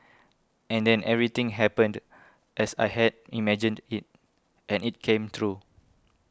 and then everything happened as I had imagined it and it came through